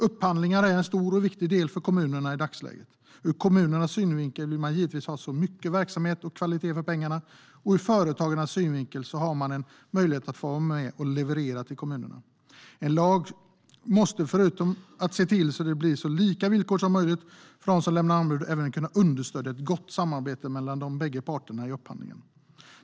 Upphandlingar är en stor och viktig del för kommunerna i dagsläget. Ur kommunernas synvinkel vill man givetvis ha så mycket verksamhet och kvalitet som möjligt för pengarna, och ur företagarnas synvinkel har man en möjlighet att få vara med och leverera till kommunerna. En lag måste, förutom att se till att det blir så lika villkor som möjligt för dem som lämnar anbud, även kunna understödja ett gott samarbete mellan de bägge parterna i upphandlingen.